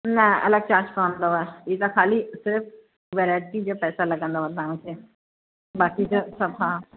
न अलॻि चार्ज पवंदव ही त ख़ाली सिर्फ़ वैराएटी जा पैसा लॻंदव तव्हांखे बाक़ी जा सभु हा